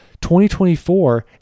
2024